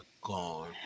gone